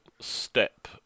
step